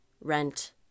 rent